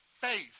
faith